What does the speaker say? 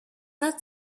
not